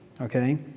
okay